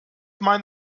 mein